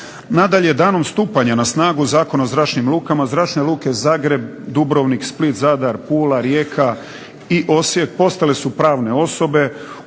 Nadalje, danom stupanja na snagu Zakona o zračnim lukama, Zračne luke Zagreb, Dubrovnik, Split, Zadar, Pula, Rijeka i Osijek postale su pravne osobe